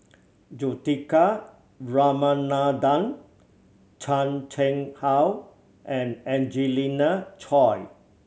Juthika Ramanathan Chan Chang How and Angelina Choy